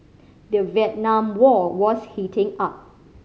the Vietnam War was heating up